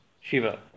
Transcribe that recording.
Shiva